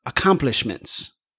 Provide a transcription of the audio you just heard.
Accomplishments